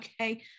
Okay